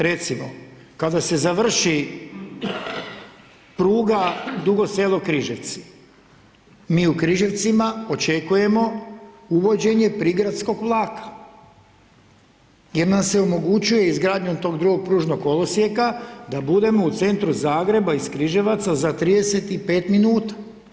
Recimo, kada se završi pruga Dugo Selo-Križevci, mi u Križevcima očekujemo uvođenje prigradskog vlaka jer nam se omogućuje izgradnja tog drugog pružnog kolosijeka da budemo u centru Zagreba iz Križevaca za 35 minuta.